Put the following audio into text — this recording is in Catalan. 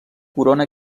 corona